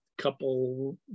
couple